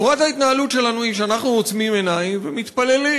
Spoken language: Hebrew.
צורת התנהלות שלנו היא שאנחנו עוצמים עיניים ומתפללים,